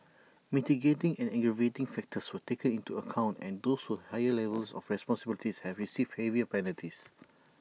mitigating and aggravating factors were taken into account and those with higher level of responsibilities have received heavier penalties